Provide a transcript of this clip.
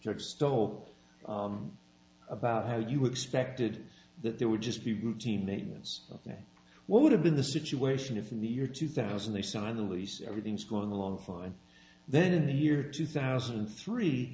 extol about how you expected that there would just be routine maintenance now what would have been the situation if in the year two thousand they signed the lease everything's going along fine then in the year two thousand and three